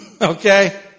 Okay